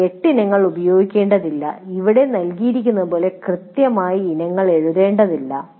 നിങ്ങൾ 8 ഇനങ്ങൾ ഉപയോഗിക്കേണ്ടതില്ല ഇവിടെ നൽകിയിരിക്കുന്നതുപോലെ കൃത്യമായി ഇനങ്ങൾ എഴുതേണ്ടതില്ല